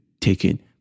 taken